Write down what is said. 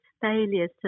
failures